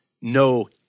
no